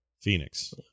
Phoenix